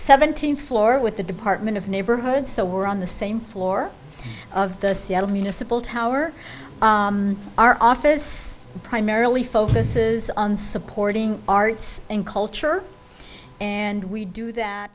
seventeenth floor with the department of neighborhood so we're on the same floor of the seattle municipal tower our office primarily focuses on supporting arts and culture and we do that